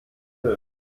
till